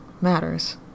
matters